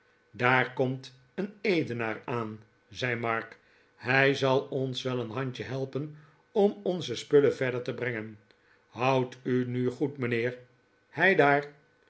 daar komt een edenaar aan zei mark hij zal ons wel een handje helpen om onze spullen verder te brengen houd u nu goed mijnheer hei